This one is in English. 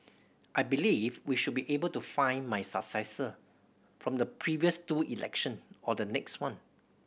I believe we should be able to find my successor from the previous two election or the next one